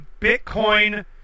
Bitcoin